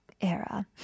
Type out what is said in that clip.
era